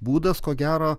būdas ko gero